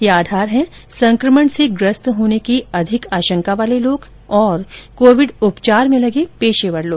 ये आधार हैं संकमण से ग्रस्त होने की अधिक आशंका वाले लोग और कोविड उपचार में लगे पेशेवर लोग